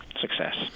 success